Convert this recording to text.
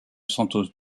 santos